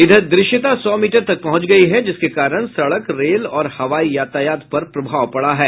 इधर दृश्यता सौ मीटर तक पहुंच गयी है जिसके कारण सड़क रेल और हवाई यातायात पर प्रभाव पड़ा है